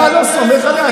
אתה לא סומך עליה?